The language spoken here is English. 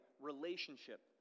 relationship